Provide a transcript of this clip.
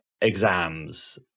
exams